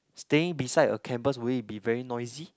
staying beside a campus will it be very noisy